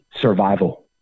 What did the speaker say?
survival